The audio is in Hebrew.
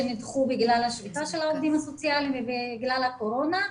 שנדחו בגלל השביתה של העובדים הסוציאליים וגם בגלל הקורונה,